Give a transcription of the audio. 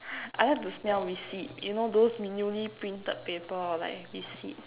I like to smell receipt you know those newly printed paper or like receipt